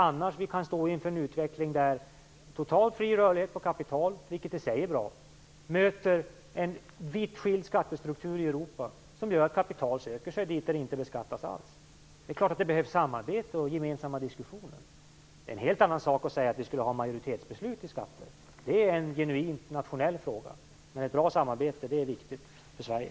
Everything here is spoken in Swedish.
Annars kan vi stå inför en utveckling där totalt fri rörlighet på kapital, vilket i sig är bra, möter en vitt skild skattestruktur i Europa som gör att kapital söker sig dit där det inte beskattas alls. Det är klart att det behövs samarbete och gemensamma diskussioner. Det är en helt annan sak att säga att vi skall ha majoritetsbeslut när det gäller skatter. Det är en genuint nationell fråga. Ett bra samarbete är viktigt för Sverige.